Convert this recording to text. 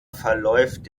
verläuft